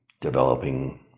developing